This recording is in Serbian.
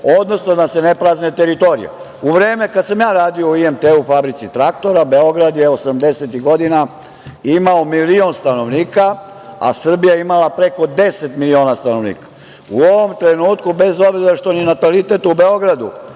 odnosno da se ne prazne teritorije.U vreme kada sam ja radio u IMT, u fabrici traktora, Beograd je 80-ih godina imao milion stanovnika, a Srbija je imala preko 10 miliona stanovnika. U ovom trenutku, bez obzira što ni natalitet u Beogradu